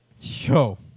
yo